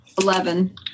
Eleven